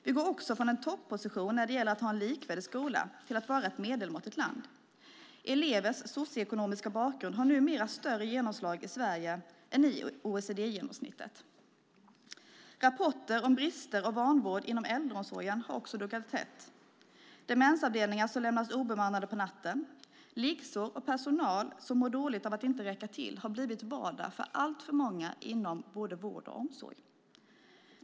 Vi går också från en topposition när det gäller att ha en likvärdig skola till att vara ett medelmåttigt land. Elevers socioekonomiska bakgrund har numera större genomslag i Sverige än i OECD-genomsnittet. Rapporter om brister och vanvård inom äldreomsorgen har också duggat tätt. Demensavdelningar som lämnas obemannade på natten, liggsår och personal som mår dåligt av att inte räcka till har blivit vardag för alltför många inom både vård och omsorg.